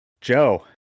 joe